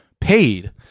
paid